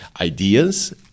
ideas